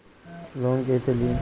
Loan कईसे ली?